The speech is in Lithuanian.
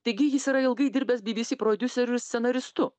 taigi jis yra ilgai dirbęs bybysy prodiuseriu scenaristu